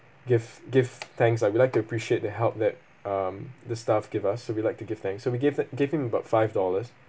give give thanks lah we like to appreciate the help that um the staff give us so we like to give thanks so we give that give him about five dollars